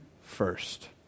first